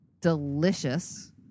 delicious